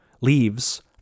leaves